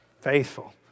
Faithful